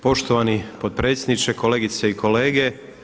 Poštovani potpredsjedniče, kolegice i kolege.